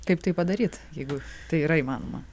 kaip tai padaryt jeigu tai yra įmanoma